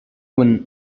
one